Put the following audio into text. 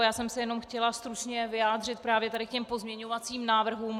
Já jsem se jenom chtěla stručně vyjádřit právě k těmto pozměňovacím návrhům.